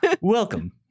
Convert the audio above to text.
welcome